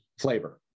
flavor